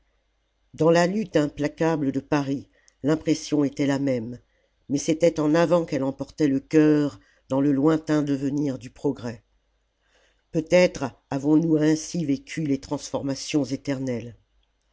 dans la lutte implacable de paris l'impression était la même mais c'était en avant qu'elle emportait le cœur dans le lointain devenir du progrès peut-être avons-nous ainsi vécu les transformations éternelles